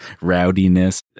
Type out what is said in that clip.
rowdiness